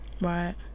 Right